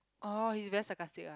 oh he's very sarcastic ah